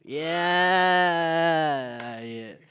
ya